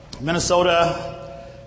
Minnesota